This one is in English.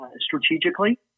strategically